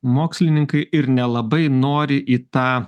mokslininkai ir nelabai nori į tą